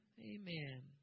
amen